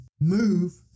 move